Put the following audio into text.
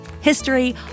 history